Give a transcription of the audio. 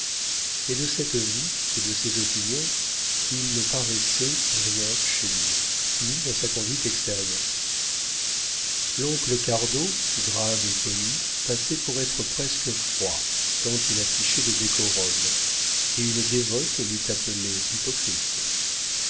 mais de cette vie et de ces opinions il ne paraissait rien chez lui ni dans sa conduite extérieure l'oncle cardot grave et poli passait pour être presque froid tant il affichait de décorum et une dévote l'eût appelé hypocrite